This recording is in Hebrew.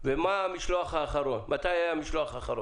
ומה המשלוח האחרון, מתי היה המשלוח האחרון.